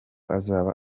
azaba